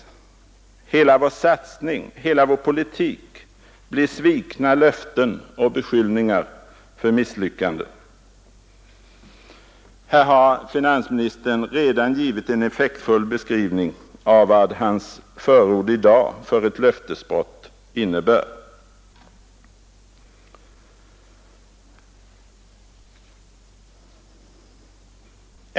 Hela vår satsning, hela vår politik blir svikna löften och beskyllningar för misslyckanden.” Här har finansministern redan givit en effektfull beskrivning av vad hans förord i dag för ett löftesbrott innebär.